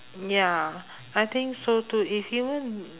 ya I think so too if human